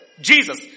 Jesus